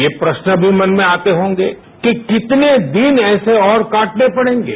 ये प्रश्न भी मन में आते होंगे कि कितने दिन ऐसे और काटने पड़ेगे